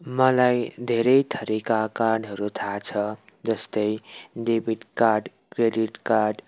मलाई धेरै थरीका कार्डहरू थाहा छ जस्तै डेबिट कार्ड क्रेडिट कार्ड